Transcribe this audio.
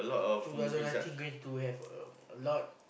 two thousand nineteen going to have a a lot